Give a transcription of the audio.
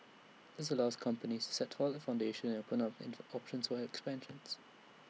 this allows companies set A solid foundation and opens up in the options for expansions